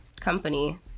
company